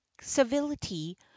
civility